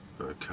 Okay